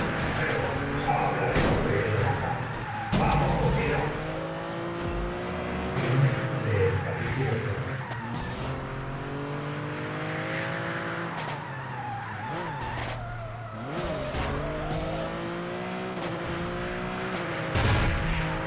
pero ya hablaremos de ello más tarde vamos justino